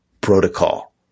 protocol